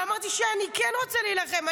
ואני התעקשתי ואמרתי שאני כן רוצה להילחם.